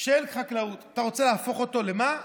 של חקלאות, אתה רוצה להפוך אותו למה?